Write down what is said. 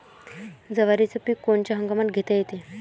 जवारीचं पीक कोनच्या हंगामात घेता येते?